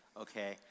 okay